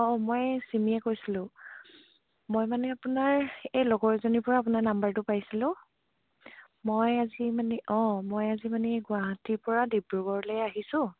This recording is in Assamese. অঁ মই চিমিয়ে কৈছিলোঁ মই মানে আপোনাৰ এই লগৰ এজনীৰ পৰা আপোনাৰ নাম্বাৰটো পাইছিলোঁ মই আজি মানে অঁ মই আজি মানে গুৱাহাটীৰ পৰা ডিব্ৰুগড়লে আহিছোঁ